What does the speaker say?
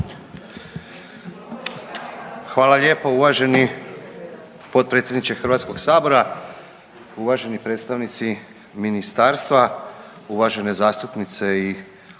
Hvala lijepo uvaženi potpredsjedniče Hrvatskog sabora, uvaženi predstavnici ministarstva, uvažene zastupnice i